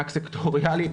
מענק סקטוריאלי,